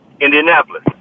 Indianapolis